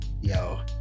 Yo